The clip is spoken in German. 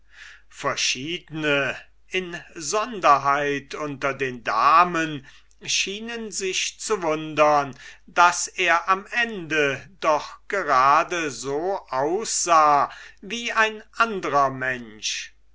verschiedne insonderheit unter den damen schienen sich zu verwundern daß er am ende doch just so aussah wie ein andrer mensch